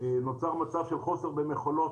נוצר מצב של חוסר במכולות,